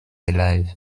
alive